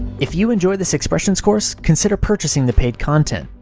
if you enjoy this expressions course, consider purchasing the paid content.